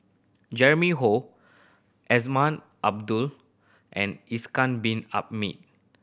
Azman Abdullah and Ishak Bin Ahmid